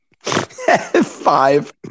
Five